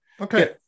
Okay